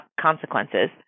consequences